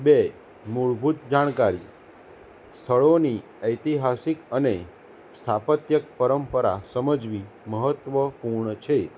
બે મૂળભૂત જાણકારી સ્થળોની ઐતિહાસિક અને સ્થાપત્યક પરંપરા સમજવી મહત્વપૂર્ણ છે